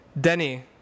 Denny